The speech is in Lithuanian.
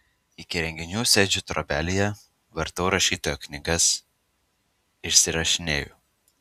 iki renginių sėdžiu trobelėje vartau rašytojo knygas išsirašinėju